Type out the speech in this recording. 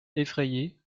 effrayé